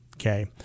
okay